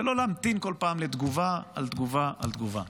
ולא להמתין כל פעם לתגובה על תגובה על תגובה.